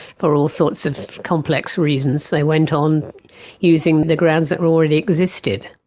for all sorts of complex reasons they went on using the grounds that already existed.